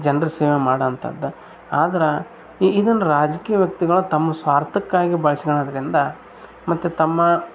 ಜನ್ರ ಸೇವೆ ಮಾಡೋಂಥದ್ದು ಆದ್ರೆ ಇದನ್ನು ರಾಜಕೀಯ ವ್ಯಕ್ತಿಗಳು ತಮ್ಮ ಸ್ವಾರ್ಥಕ್ಕಾಗಿ ಬಳಸ್ಕೊಣದ್ರಿಂದ ಮತ್ತು ತಮ್ಮ